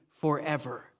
forever